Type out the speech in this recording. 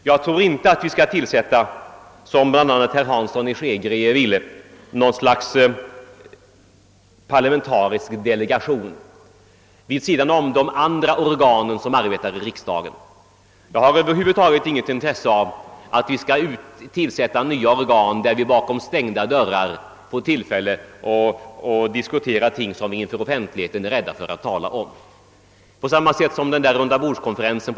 Jag tror inte att vi skall tillsätta — som bl.a. herr Hansson i Skegrie ville — något slags parlamentarisk delegation vid sidan av de organ som redan arbetar i riksdagen. Jag har över huvud taget inget intresse av att nya organ tillsätts, där vi bakom stängda dörrar får tillfälle att diskutera saker som vi är rädda att tala om inför offentligheten.